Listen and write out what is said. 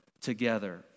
together